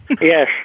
yes